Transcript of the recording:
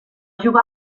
jugar